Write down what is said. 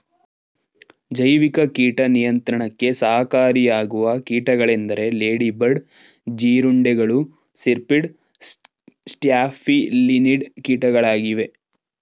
ಜೈವಿಕ ಕೀಟ ನಿಯಂತ್ರಣಕ್ಕೆ ಸಹಕಾರಿಯಾಗುವ ಕೀಟಗಳೆಂದರೆ ಲೇಡಿ ಬರ್ಡ್ ಜೀರುಂಡೆಗಳು, ಸಿರ್ಪಿಡ್, ಸ್ಟ್ಯಾಫಿಲಿನಿಡ್ ಕೀಟಗಳಾಗಿವೆ